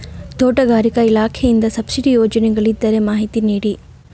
ತೋಟಗಾರಿಕೆ ಇಲಾಖೆಯಿಂದ ಸಬ್ಸಿಡಿ ಯೋಜನೆಗಳಿದ್ದರೆ ಮಾಹಿತಿ ನೀಡಿ?